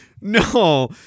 No